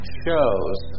shows